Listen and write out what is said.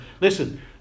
Listen